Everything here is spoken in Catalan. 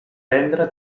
vendre